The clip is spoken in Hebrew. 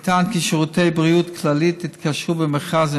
נטען כי שירותי בריאות כללית התקשרו במכרז